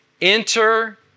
Enter